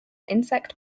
insect